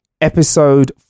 episode